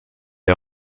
est